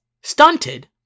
stunted